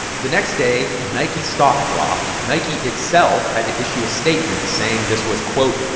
the next day, nike's stock dropped. nike itself had to issue a statement saying this was, quote,